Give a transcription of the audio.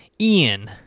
Ian